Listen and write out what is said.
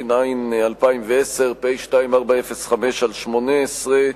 התש"ע 2010, פ/2405/18,